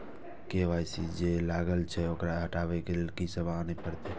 KYC जे लागल छै ओकरा हटाबै के लैल की सब आने परतै?